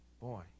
Boy